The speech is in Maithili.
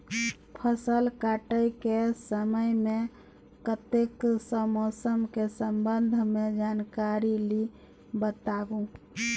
फसल काटय के समय मे कत्ते सॅ मौसम के संबंध मे जानकारी ली बताबू?